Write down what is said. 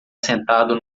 sentado